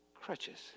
crutches